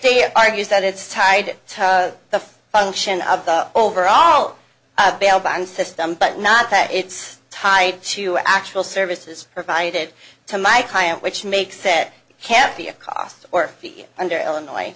us argues that it's tied to the function of the overall bail bond system but not that it's tied to actual services provided to my client which makes said can't be a cost or under illinois